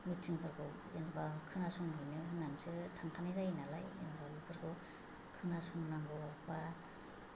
मिटिंफोरखौ जेनेबा खोनासंहैनो होननानैसो थांखानाय जायो नालाय होम्बा बेफोरखौ खोनासंनांगौ बा